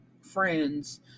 friends